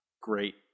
great